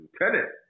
Lieutenant